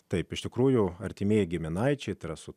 taip iš tikrųjų artimi giminaičiai trasų